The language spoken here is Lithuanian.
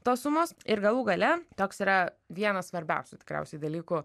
tos sumos ir galų gale toks yra vienas svarbiausių tikriausiai dalykų